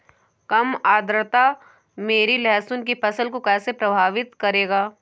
कम आर्द्रता मेरी लहसुन की फसल को कैसे प्रभावित करेगा?